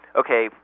okay